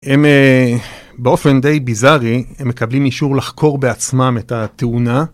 הם באופן די ביזרי, הם מקבלים אישור לחקור בעצמם את התאונה.